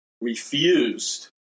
refused